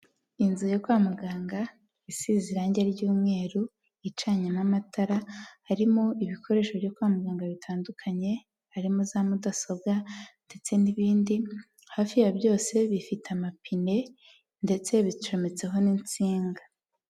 Inzu yo kwa muganga isize irangi ry'umweru, icanyemo amatara, harimo ibikoresho byo kwa muganga bitandukanye, harimo za mudasobwa ndetse n'ibindi, hafi ya byose bifite amapine ndetse bicometseho n'insinga.